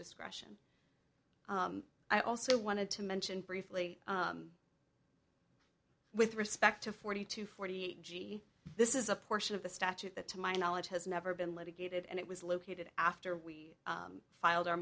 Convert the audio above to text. discretion i also wanted to mention briefly with respect to forty to forty eight g e this is a portion of the statute that to my knowledge has never been litigated and it was located after we filed our